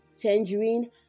tangerine